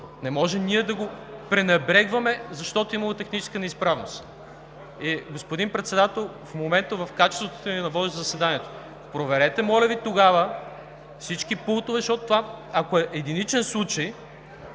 Не можем ние да го пренебрегваме, защото имало техническа неизправност. И, господин Председател, в качеството Ви на водещ заседанието, проверете моля Ви всички пултове, защото това, ако е единичен случай,